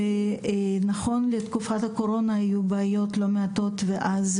נכון לתקופת הקורונה היו בעיות לא מעטות ואז